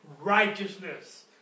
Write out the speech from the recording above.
righteousness